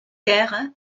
caire